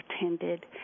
attended